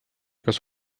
kas